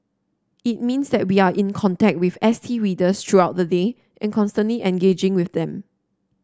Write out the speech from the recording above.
it means that we are in contact with S T readers throughout the day and constantly engaging with them